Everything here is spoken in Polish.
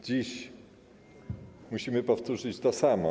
Dziś musimy powtórzyć to samo.